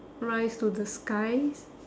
rise to the skies